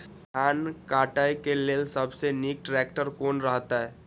धान काटय के लेल सबसे नीक ट्रैक्टर कोन रहैत?